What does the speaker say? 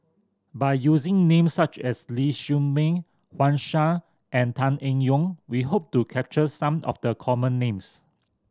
by using names such as Ling Siew May Wang Sha and Tan Eng Yoon we hope to capture some of the common names